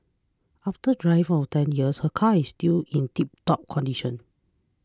after driving for ten years her car is still in tiptop condition